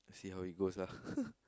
see how it goes lah